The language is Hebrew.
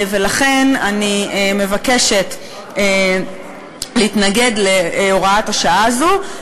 ולכן אני מבקשת להתנגד להוראת השעה הזאת,